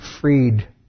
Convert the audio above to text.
freed